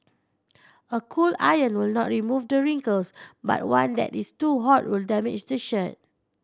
a cool iron will not remove the wrinkles but one that is too hot will damage the shirt